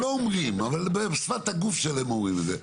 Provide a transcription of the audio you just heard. אבל בשפת הגוף שלהם אומרים את זה,